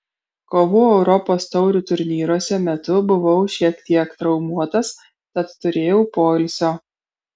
kovų europos taurių turnyruose metu buvau šiek tiek traumuotas tad turėjau poilsio